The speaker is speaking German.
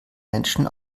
menschen